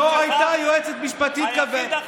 לא הייתה יועצת משפטית כזאת.